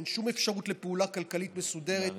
אין שום אפשרות לפעולה כלכלית מסודרת נא לסיים.